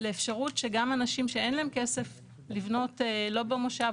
לאפשרות שגם אנשים שאין להם כסף לבנות לא במושב,